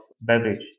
beverage